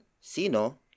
Sino